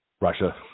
Russia